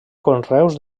conreus